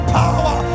power